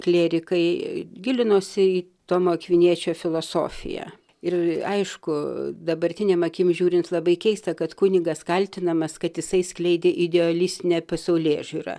klierikai gilinosi į tomo akviniečio filosofiją ir aišku dabartinėm akim žiūrint labai keista kad kunigas kaltinamas kad jisai skleidė idealistinę pasaulėžiūrą